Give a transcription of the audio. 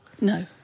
No